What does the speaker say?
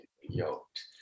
yoked